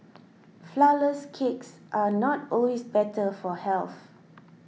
Flourless Cakes are not always better for health